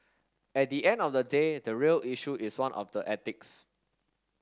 at the end of the day the real issue is one of the ethics